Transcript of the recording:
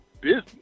business